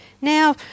Now